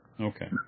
Okay